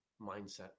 mindset